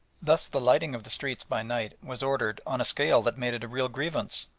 thus the lighting of the streets by night was ordered on a scale that made it a real grievance,